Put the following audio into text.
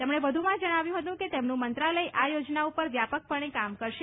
તેમણે વધુમાં જણાવ્યું કે તેમનું મંત્રાલય આ યોજના પર વ્યાપકપણે કામ કરશે